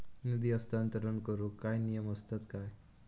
निधी हस्तांतरण करूक काय नियम असतत काय?